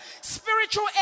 spiritual